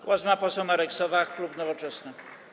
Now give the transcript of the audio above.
Głos ma poseł Marek Sowa, klub Nowoczesna.